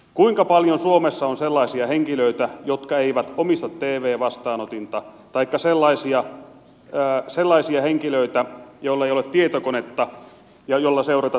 kuinka paljon suomessa on sellaisia henkilöitä jotka eivät omista tv vastaanotinta taikka sellaisia henkilöitä joilla ei ole tietokonetta jolla seurata televisio ohjelmia